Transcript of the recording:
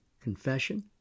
confession